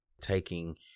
taking